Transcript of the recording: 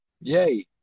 Yay